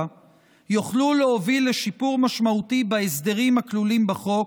יוכלו להוביל לשיפור משמעותי בהסדרים הכלולים בחוק,